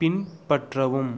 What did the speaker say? பின்பற்றவும்